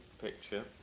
picture